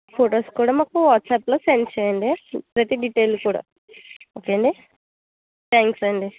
photos కూడా మాకు వాట్సప్లో సెండ్ చెయ్యండి ప్రతి డిటైల్ కూడా ఓకే అండి థ్యాంక్స్ అండి